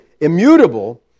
immutable